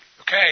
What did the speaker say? Okay